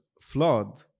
flawed